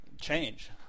change